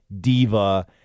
diva